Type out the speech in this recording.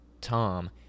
Tom